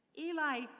Eli